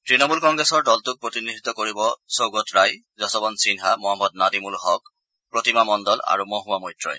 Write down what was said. তণমূল কংগ্ৰেছৰ দলটোক প্ৰতিনিধিত্ব কৰিব সৌগত ৰায় যশৱন্ত সিনহা মহম্মদ নাদিমুল হক প্ৰতিমা মণ্ডল আৰু মহুৱা মৈত্ৰই